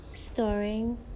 Storing